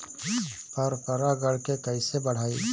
पर परा गण के कईसे बढ़ाई?